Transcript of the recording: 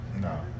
no